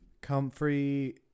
Comfrey